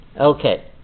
Okay